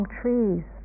trees